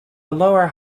lower